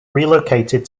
relocated